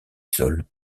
sol